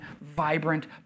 vibrant